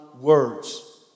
words